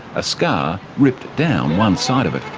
a scar ripped down one side of it.